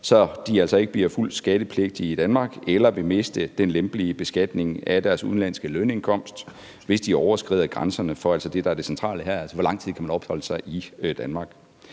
så de altså ikke bliver fuldt skattepligtige i Danmark eller vil miste den lempelige beskatning af deres udenlandske lønindkomst, hvis de overskrider grænserne for det, der er det centrale her: hvor lang tid man kan opholde sig i Danmark.